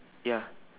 ya